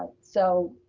so,